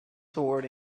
sword